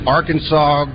Arkansas